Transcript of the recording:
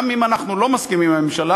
גם אם אנחנו לא מסכימים עם הממשלה,